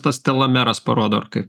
tas telomeras parodo ar kaip